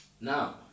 now